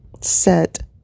set